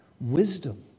wisdom